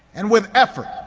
and with effort,